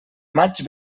maig